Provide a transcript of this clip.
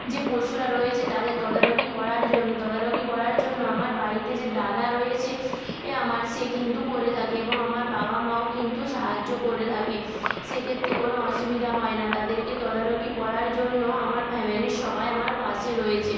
যে পশুরা রয়েছে তাদের তদারকি করার জন তদারকি করার জন্য আমার বাড়িতে যে দাদা রয়েছে আমার সে কিন্তু করে থাকে এবং আমার বাবা মাও কিন্তু সাহায্য করে থাকে সেক্ষেত্রে কোনো অসুবিধা হয় না তাদেরকে তদারকি করার জন্য আমার ফ্যামিলির সবাই আমার পাশে রয়েছে